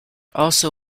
also